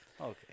Okay